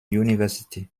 university